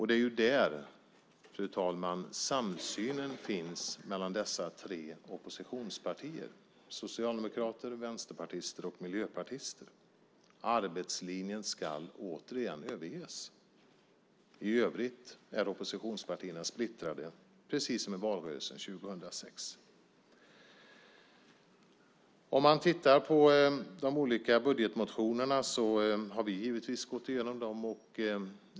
Det är där samsynen finns mellan dessa tre oppositionspartier, Socialdemokraterna, Vänsterpartiet och Miljöpartiet. Arbetslinjen ska återigen överges. I övrigt är oppositionspartierna splittrade precis som i valrörelsen år 2006. Man kan titta på de olika budgetmotionerna, och vi har givetvis gått igenom dem.